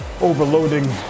overloading